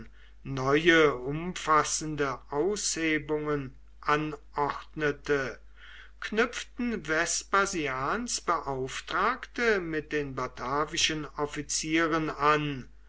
neue umfassende aushebungen anordnete knüpften vespasians beauftragte mit den batavischen offizieren an